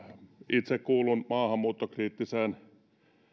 itse kuulun maahanmuuttokriittiseen